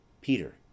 Peter